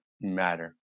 matter